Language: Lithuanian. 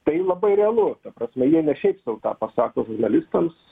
tai labai realu ta prasme jie ne šiaip sau tą pasako žurnalistams